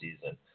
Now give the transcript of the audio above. season